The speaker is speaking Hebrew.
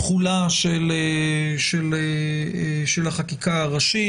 התחולה של החקיקה הראשית,